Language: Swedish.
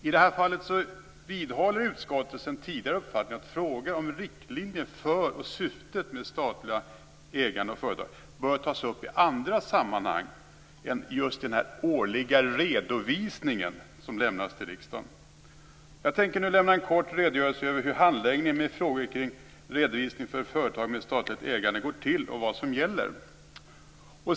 I det här fallet vidhåller utskottet sin tidigare uppfattning att frågor om riktlinjer för och syftet med statliga ägande av företag bör tas upp i andra sammanhang än just i den årliga redovisningen som lämnas till riksdagen. Jag tänker lämna en kort redogörelse för hur handläggningen av frågor kring redovisning för företag med statligt ägande går till och vad som gäller.